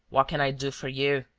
what can i do for you?